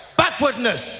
backwardness